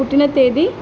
పుట్టిన తేదీ